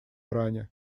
иране